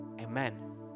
amen